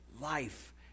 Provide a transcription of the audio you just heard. life